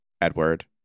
Edward